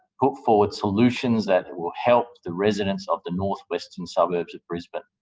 put forward solutions that will help the residents of the north western suburbs of brisbane.